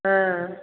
हँ